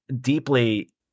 deeply